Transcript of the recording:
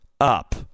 up